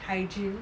hygiene